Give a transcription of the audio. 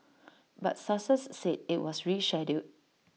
but sources said IT was rescheduled